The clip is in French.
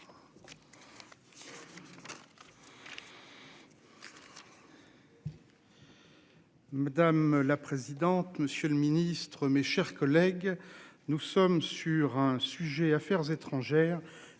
Madame la présidente. Monsieur le Ministre, mes chers collègues, nous sommes sur un sujet Affaires étrangères